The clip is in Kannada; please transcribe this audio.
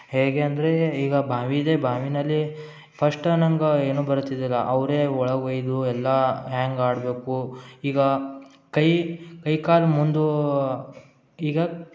ಹೇಗೆಂದರೆ ಈಗ ಬಾವಿ ಇದೆ ಬಾವಿನಲ್ಲಿ ಫಸ್ಟ್ ನಂಗೆ ಏನು ಬರುತಿದ್ದಿಲ್ಲ ಅವರೇ ಒಳಗೆ ಓಯ್ದು ಎಲ್ಲ ಹ್ಯಾಂಗ ಆಡಬೇಕು ಈಗ ಕೈ ಕೈ ಕಾಲು ಮುಂದು ಈಗ